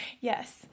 Yes